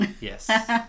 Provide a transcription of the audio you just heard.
yes